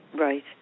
Right